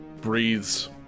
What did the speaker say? breathes